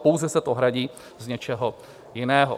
Pouze se to hradí z něčeho jiného.